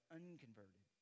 unconverted